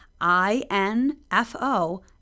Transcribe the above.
I-N-F-O